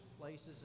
places